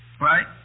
right